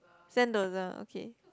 Sentosa